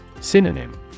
Synonym